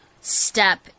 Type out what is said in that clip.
step